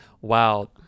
wow